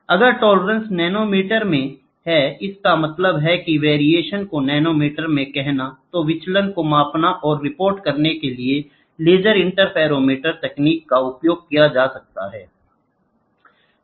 अगर tolerance nanometre में है इसका मतलब है कि वेरिएशन को नैनोमीटर में कहना है तो विचलन को मापने और रिपोर्ट करने के लिए लेजर इंटरफेरोमेट्रिक तकनीकों का उपयोग किया जाता है